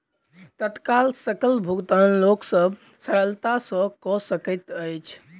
तत्काल सकल भुगतान लोक सभ सरलता सॅ कअ सकैत अछि